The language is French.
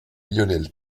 lionel